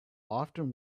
often